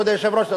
כבוד היושב-ראש,